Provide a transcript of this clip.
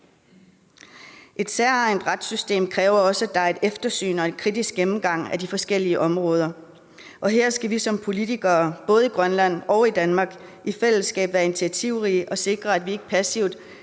Et særegent retssystem kræver også, at der er et eftersyn og en kritisk gennemgang af de forskellige områder, og her skal vi som politikere både i Grønland og i Danmark i fællesskab være initiativrige og sikre, at vi ikke passivt